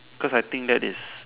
cause I think that is